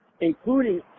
including